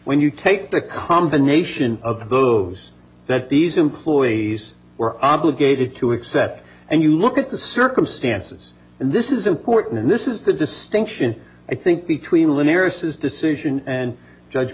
when you take the combination of those that these employees were obligated to accept and you look at the circumstances and this is important and this is the distinction i think between lanier says decision and judge